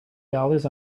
dollars